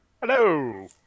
Hello